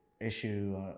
issue